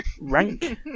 rank